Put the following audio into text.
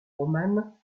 romane